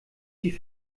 die